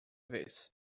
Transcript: vez